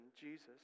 Jesus